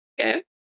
Okay